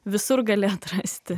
visur gali atrasti